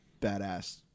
badass